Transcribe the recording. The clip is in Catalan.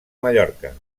mallorca